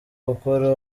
gukora